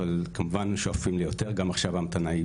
אבל תמיד שואפים ליותר וגם עכשיו ההמתנה היא